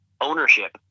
Ownership